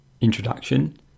introduction